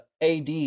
AD